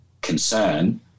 concern